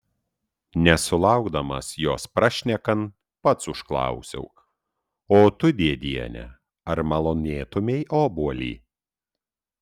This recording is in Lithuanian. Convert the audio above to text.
nesulaukdamas jos prašnekant pats užklausiau o tu dėdiene ar malonėtumei obuolį